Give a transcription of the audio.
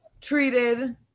treated